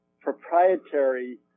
proprietary